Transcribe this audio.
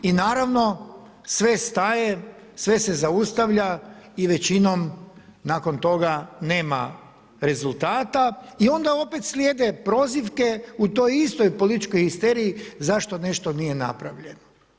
I naravno, sve staje, sve se zaustavlja i većinom nakon toga nema rezultata i onda opet slijede prozivke u toj istoj političkoj histeriji zašto nešto nije napravljeno.